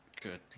Good